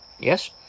Yes